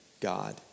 God